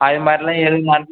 அதுமாதிரிலாம் எதுவும் மாற்றி